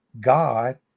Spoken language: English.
god